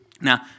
Now